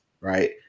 right